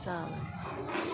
जा